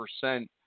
percent